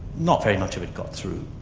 not very much of it got through.